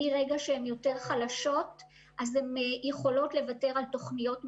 מרגע שהן יותר חלשות הן יכולות לוותר על תכניות מסוימות.